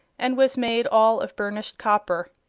and was made all of burnished copper.